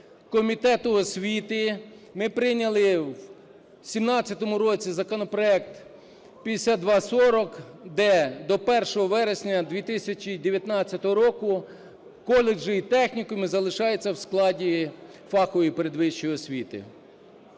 Комітету освіти, ми прийняли в 2017 році законопроект 5240, де до 1 вересня 2019 року коледжі і технікуми залишаються в складі фахової передвищої освіти.